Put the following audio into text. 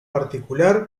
particular